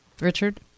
Richard